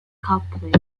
coupling